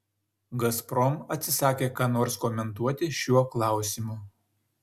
gazprom atsisakė ką nors komentuoti šiuo klausimu